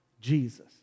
Jesus